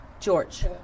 George